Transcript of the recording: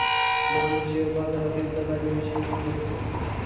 Mohan share बाजारातील दलालीविषयी सांगत होते